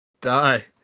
Die